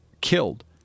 killed